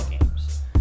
games